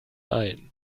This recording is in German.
allen